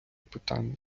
питання